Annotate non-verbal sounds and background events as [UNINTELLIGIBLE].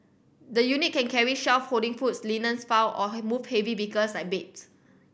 the unit can carry shelve holding foods linens file or [UNINTELLIGIBLE] move heavy bigger [UNINTELLIGIBLE] like beds